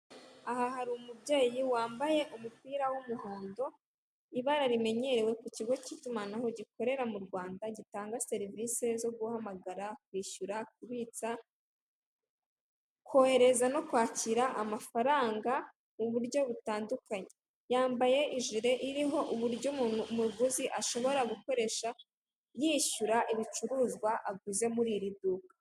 Aha hari umubyeyi wambye umupira w'umuhondo ibara rimenyerewe ku ikigo cy'itumanaho gikorera m'U Rwanda gitanga serivise zo guhamagara kwishyura, kubitsa kohereza no kwakira amafaranga muburyo butandukanye, yambaye ijire ririho uburyo umuguzi ashobora gukoresha yishyura ibicuruzwa aguze muri iri duka.